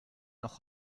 noch